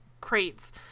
crates